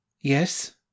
Yes